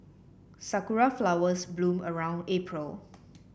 sakura flowers bloom around April